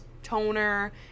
Toner